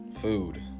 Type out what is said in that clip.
Food